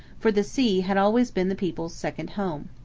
for the sea had always been the people's second home.